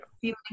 feeling